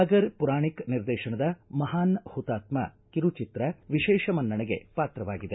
ಸಾಗರ ಮರಾಣಿಕ ನಿರ್ದೇಶನದ ಮಹಾನ್ ಹುತಾತ್ಮ ಕಿರುಚಿತ್ರ ವಿಶೇಷ ಮನ್ನಣೆಗೆ ಪಾತ್ರವಾಗಿದೆ